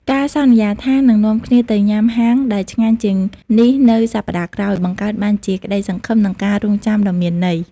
ការសន្យាថានឹងនាំគ្នាទៅញ៉ាំហាងដែលឆ្ងាញ់ជាងនេះនៅសប្ដាហ៍ក្រោយ បង្កើតបានជាក្តីសង្ឃឹម និងការរង់ចាំដ៏មានន័យ។